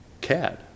cad